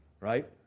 Right